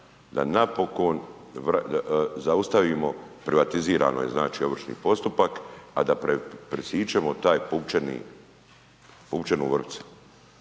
da napokon zaustavimo, privatizirano je znači ovršni postupak a da presiječemo taj pupčani,